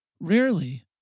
Rarely